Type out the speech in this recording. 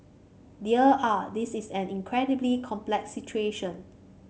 dear ah this is an incredibly complex situation